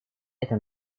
это